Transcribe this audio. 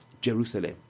Jerusalem